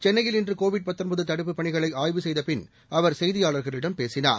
சென்னையில் இன்று கோவிட் தடுப்புப் பணிகளை ஆய்வு செய்த பின் அவர் செய்தியாளர்களிடம் பேசினார்